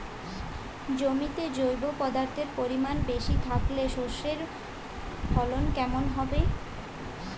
জমিতে জৈব পদার্থের পরিমাণ বেশি থাকলে শস্যর ফলন কেমন হবে?